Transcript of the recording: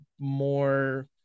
more